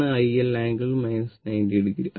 ഇതാണ് iL angle 90o